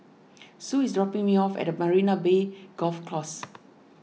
Sue is dropping me off at Marina Bay Golf Course